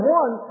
one